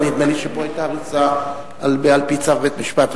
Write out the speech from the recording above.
אבל נדמה לי שפה היתה הריסה על-פי צו בית-משפט.